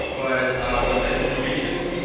but with that information,